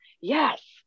Yes